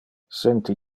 senti